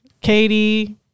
Katie